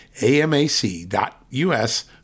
amac.us